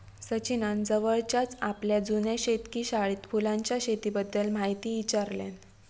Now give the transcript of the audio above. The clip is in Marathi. सचिनान जवळच्याच आपल्या जुन्या शेतकी शाळेत फुलांच्या शेतीबद्दल म्हायती ईचारल्यान